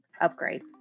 upgrade